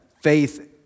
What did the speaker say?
faith